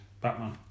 Batman